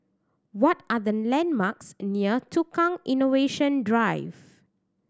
what are the landmarks near Tukang Innovation Drive